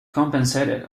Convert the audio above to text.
compensated